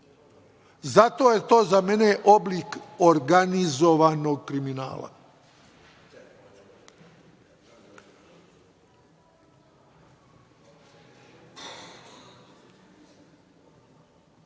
Zato je to za mene oblik organizovanog kriminala.